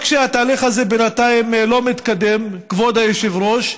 רק שהתהליך הזה בינתיים לא מתקדם, כבוד היושב-ראש.